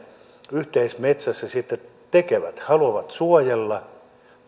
yhteismetsässä sitten tekevät haluavat suojella